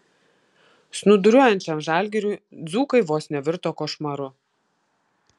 snūduriuojančiam žalgiriui dzūkai vos nevirto košmaru